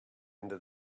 into